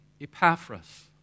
Epaphras